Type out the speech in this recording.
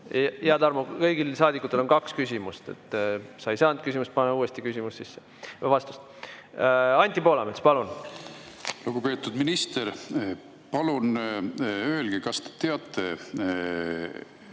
Hea Tarmo, kõigil saadikutel on kaks küsimust. Sa ei saanud vastust, pane uuesti küsimus sisse. Anti Poolamets, palun! Lugupeetud minister! Palun öelge, kas te teate,